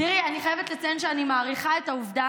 אני חייבת לציין שאני מעריכה את העובדה